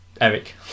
Eric